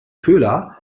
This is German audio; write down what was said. köhler